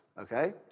okay